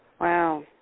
Wow